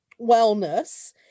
wellness